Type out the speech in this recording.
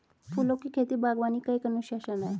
फूलों की खेती, बागवानी का एक अनुशासन है